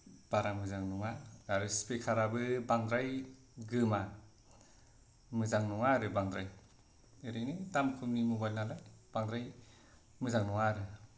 बारा मोजां नङा आरो स्पिकाराबो बांद्राय गोमा मोजां नङा आरो बांद्राय ओरैनो दाम खमनि मबाइल नालाय बांद्राय मोजां नङा आरो